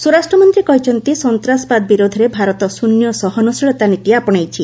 ସ୍ୱରାଷ୍ଟ୍ର ମନ୍ତ୍ରୀ କହିଛନ୍ତି ସନ୍ତାସବାଦ ବିରୋଧରେ ଭାରତ ଶ୍ଚନ୍ୟ ସହନଶୀଳତା ନୀତି ଆପଣେଇଛି